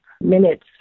minutes